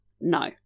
no